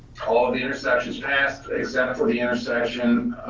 all the intersections passed except for the intersection,